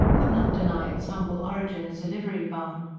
could not deny its humble origin as a livery-barn.